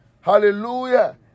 Hallelujah